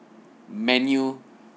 menu